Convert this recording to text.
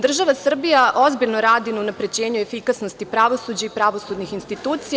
Država Srbija ozbiljno radi na unapređenju i efikasnosti pravosuđa i pravosudnih institucija.